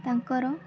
ତାଙ୍କର